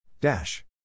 Dash